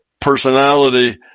personality